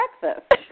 breakfast